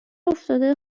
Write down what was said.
افتاده